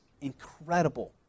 incredible